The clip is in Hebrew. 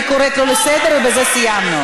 אני קוראת אותו לסדר, ובזה סיימנו.